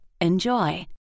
Enjoy